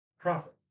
profit